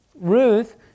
Ruth